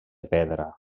pedra